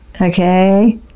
Okay